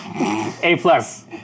A-plus